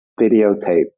videotape